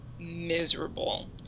miserable